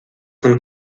von